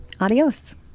adios